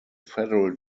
federal